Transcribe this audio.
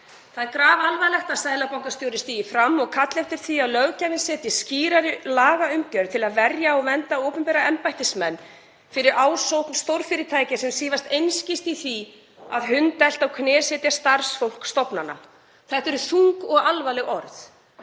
Það er grafalvarlegt að seðlabankastjóri stígi fram og kalli eftir því að löggjafinn setji skýrari lagaumgjörð til að verja og vernda opinbera embættismenn fyrir ásókn stórfyrirtækja sem svífast einskis í því að hundelta og knésetja starfsfólk stofnana. Þetta eru þung og alvarleg orð